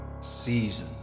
Season